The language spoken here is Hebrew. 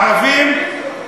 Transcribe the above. הערבים,